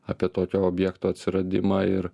apie tokio objekto atsiradimą ir